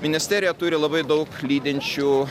ministerija turi labai daug lydinčių